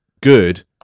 good